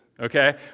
Okay